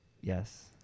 Yes